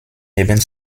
neben